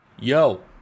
Yo